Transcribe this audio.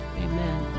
Amen